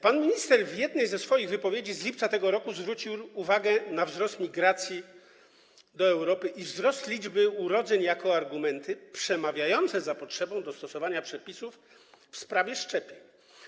Pan minister w jednej ze swoich wypowiedzi z lipca tego roku zwrócił uwagę na wzrost migracji do Europy i wzrost liczby urodzeń jako argumenty przemawiające za potrzebą dostosowania przepisów w sprawie szczepień.